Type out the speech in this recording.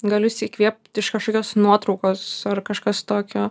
galiu įsikvėpt iš kažkokios nuotraukos ar kažkas tokio